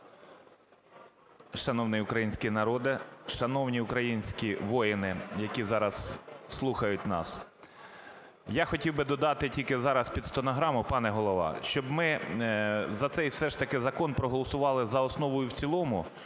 Шановний український народе! Шановні українські воїни, які зараз слухають нас. Я хотів би додати тільки зараз під стенограму, пане Голова, щоб ми за цей все ж таки закон проголосували за основу і в цілому,